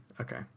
Okay